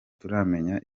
turamenya